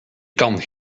kan